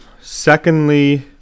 Secondly